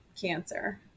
cancer